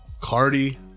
Cardi